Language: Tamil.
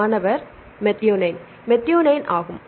மாணவர் மெத்தியோனைன் ஆகும்